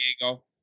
Diego